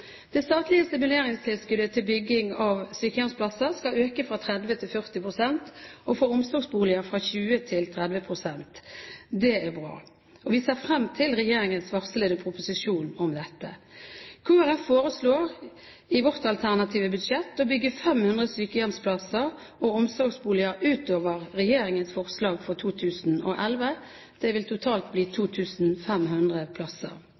Det statlige stimuleringstilskuddet til bygging av sykehjemsplasser skal øke fra 30 pst. til 40 pst. og for omsorgsboliger fra 20 pst. til 30 pst. Det er bra, og vi ser frem til regjeringens varslede proposisjon om dette. Kristelig Folkeparti foreslår i sitt alternative budsjett å bygge 500 sykehjemsplasser og omsorgsboliger utover regjeringens forslag for 2011. Det vil totalt bli 2 500 plasser.